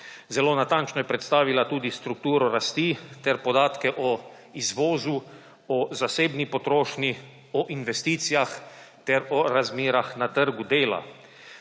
Zelo natančno je predstavila tudi strukturo rasti ter podatke o izvozu, o zasebni potrošnji, o investicijah ter o razmerah na trgu dela.